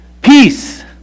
Peace